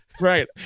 Right